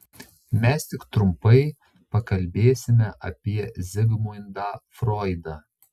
mes tik trumpai pakalbėsime apie zigmundą froidą